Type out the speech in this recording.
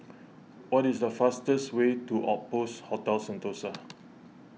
what is the fastest way to Outpost Hotel Sentosa